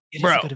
Bro